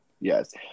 Yes